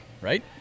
right